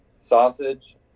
Sausage